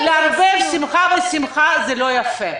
אז לערבב שמחה בשמחה זה לא יפה.